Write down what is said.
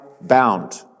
bound